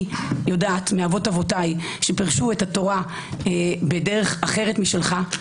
יודעת מאבות אבותיי שפירשו את התורה אחרת משלך,